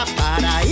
para